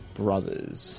brothers